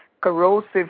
corrosive